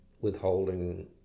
withholding